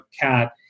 cat